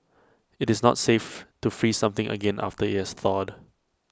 IT is not safe to freeze something again after IT has thawed